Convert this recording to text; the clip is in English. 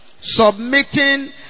submitting